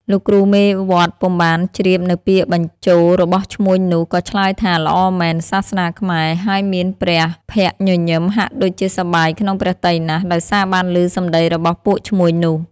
លោកគ្រូមេវត្តពុំបានជ្រាបនូវពាក្យបញ្ជោររបស់ឈ្មួញនោះ ក៏ឆ្លើយថា "ល្អមែន! សាសនាខ្មែរ" ហើយមានព្រះភក្ត្រញញឹមហាក់ដូចជាសប្បាយក្នុងព្រះទ័យណាស់ ដោយសារបានឮសំដីរបស់ពួកឈ្មួញនោះ។